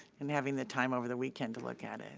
and having the time over the weekend to look at. and